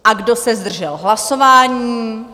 A kdo se zdržel hlasování?